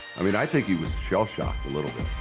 i mean, i think he was shell-shocked a little bit.